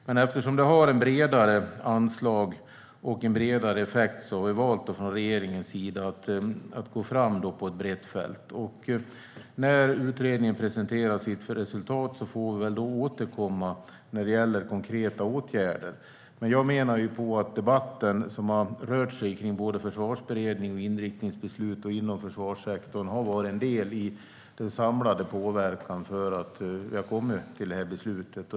Eftersom detta har ett bredare anslag och en bredare effekt har vi från regeringens sida valt att gå fram på ett brett fält. När utredningen presenterar sitt resultat får vi väl återkomma när det gäller konkreta åtgärder. Jag menar att den debatt som har rört sig kring Försvarsberedningen och inriktningsbeslutet och inom försvarssektorn har varit en del i den samlade påverkan för att vi har kommit till detta beslut.